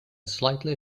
slightly